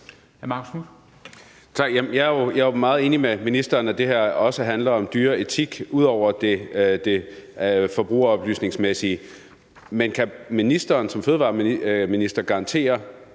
Jeg er jo meget enig med ministeren i, at det her også handler om dyreetik ud over det forbrugeroplysningsmæssige. Men kan ministeren som fødevareminister garantere,